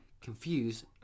Confused